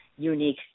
unique